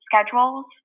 schedules